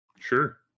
Sure